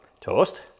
Toast